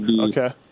Okay